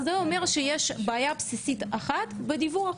זה אומר שיש בעיה בסיסית אחת בדיווח.